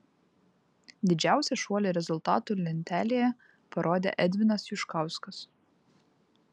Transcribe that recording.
didžiausią šuolį rezultatų lentelėje parodė edvinas juškauskas